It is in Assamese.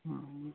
অঁ